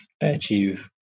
achieve